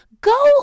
go